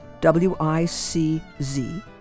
W-I-C-Z